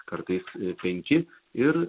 kartais penki ir